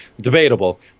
debatable